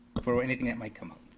before anything that might come up.